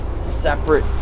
separate